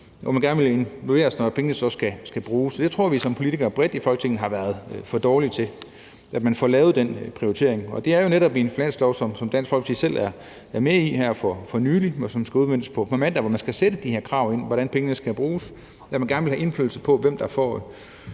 at vi gerne vil involveres, når pengene så skal bruges. Jeg tror, vi som politikere bredt set i Folketinget har været for dårlige til at få lavet den prioritering. Det er jo netop i en finanslov som den her for nylig, som Dansk Folkeparti selv er med i, og som skal udmøntes på mandag, at man skal sætte de her krav ind om, hvordan pengene skal bruges, så man får indflydelse på, hvem der får